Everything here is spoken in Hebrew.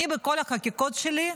אני, בכל החקיקות שלי,